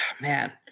man